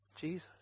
Jesus